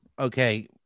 Okay